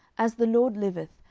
as the lord liveth,